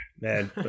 Man